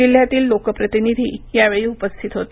जिल्ह्यातील लोकप्रतिनिधी यावेळी उपस्थित होते